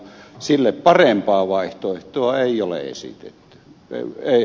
sille parempaa vaihtoehtoa ei ole esitetty